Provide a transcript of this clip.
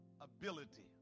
ability